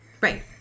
Right